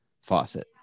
faucet